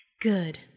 Good